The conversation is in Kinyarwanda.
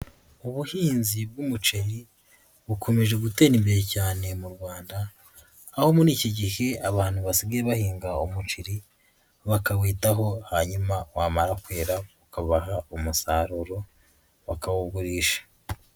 Ubuhinzi bw'umuceri bukomeje gutera imbere cyane mu Rwanda, aho muri iki gihe abantu basigaye bahinga umuceri, bakawitaho hanyuma wamara kwera ukabaha umusaruro bakawugurisha.